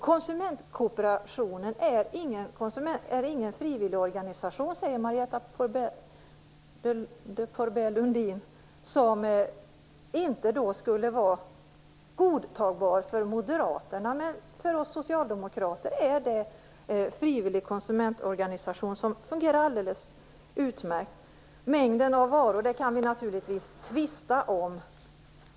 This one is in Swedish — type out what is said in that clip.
Konsumentkooperationen är ingen frivilligorganisation, säger Marietta de Pourbaix-Lundin, som skulle vara godtagbar för Moderaterna. Men för oss socialdemokrater är det en frivillig konsumentorganisation som fungerar alldeles utmärkt. Mängden av varor kan vi naturligtvis tvista om.